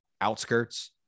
outskirts